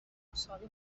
مساوی